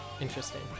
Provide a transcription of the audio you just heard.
Interesting